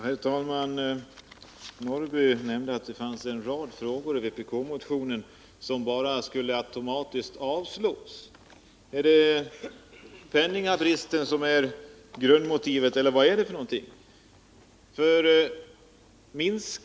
Herr talman! Karl-Eric Norrby nämnde att det fanns en rad frågor i vpk-motionen som automatiskt skulle avstyrkas. Är penningabristen grundmotivet eller finns det något annat motiv?